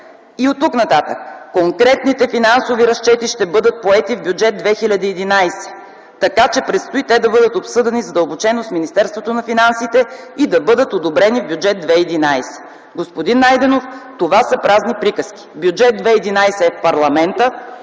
и оттук нататък: „Конкретните финансови разчети ще бъдат поети в Бюджет 2011, така че предстои те да бъдат обсъдени задълбочено с Министерството на финансите и да бъдат одобрени в Бюджет 2011.” Господин Найденов, това са празни приказки. Бюджет 2011 е в парламента.